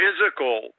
physical